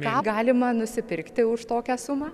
ką galima nusipirkti už tokią sumą